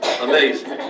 amazing